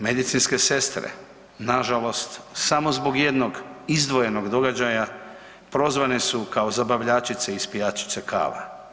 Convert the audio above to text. Medicinske sestre, nažalost samo zbog jednog izdvojenog događaja prozvane su kao zabavljačice i ispijačice kava.